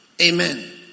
Amen